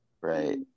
Right